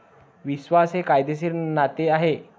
विश्वास हे कायदेशीर नाते आहे